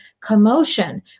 commotion